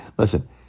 Listen